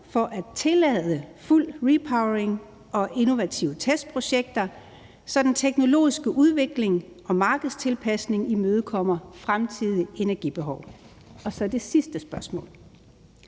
for at tillade fuld repowering og innovative testprojekter, så den teknologiske udvikling og markedstilpasning imødekommer fremtidige energibehov? Og så det sidste spørgsmål: